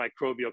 microbial